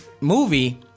movie